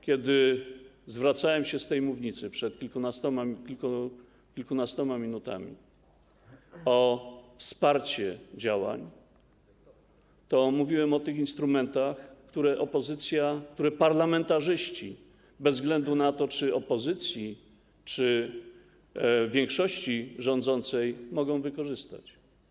Kiedy zwracałem się z tej mównicy przed kilkunastoma minutami o wsparcie działań, to mówiłem o tych instrumentach, które parlamentarzyści, bez względu na to, czy opozycji czy większości rządzącej, mogą wykorzystać.